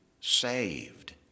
saved